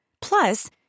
Plus